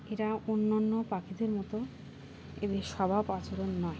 এটা অন্যান্য পাখিদের মতো এদের স্বভাব আচরণ নয়